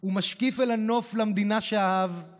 // הוא משקיף על הנוף למדינה שאהב /